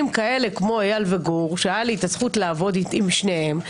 כמו איל וגור שהייתה לי הזכות לעבוד עם שניהם,